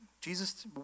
Jesus